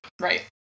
Right